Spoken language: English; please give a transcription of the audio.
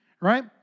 Right